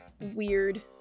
weird